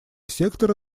сектора